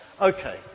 Okay